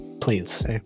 Please